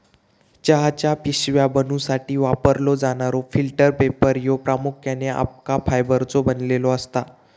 चहाच्या पिशव्या बनवूसाठी वापरलो जाणारो फिल्टर पेपर ह्यो प्रामुख्याने अबका फायबरचो बनलेलो असता